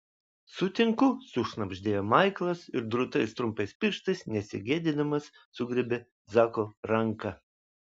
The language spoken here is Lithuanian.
sutinku sušnabždėjo maiklas ir drūtais trumpais pirštais nesigėdydamas sugriebė zako ranką